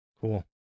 Cool